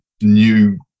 new